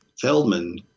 Feldman